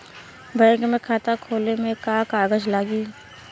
Bank में खाता खोले मे का का कागज लागी?